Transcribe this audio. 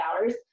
hours